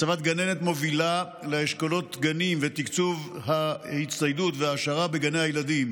הצבת גננת מובילה לאשכולות גנים ותקצוב ההצטיידות וההעשרה בגני הילדים,